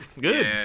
good